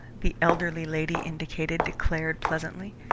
the elderly lady indicated declared pleasantly,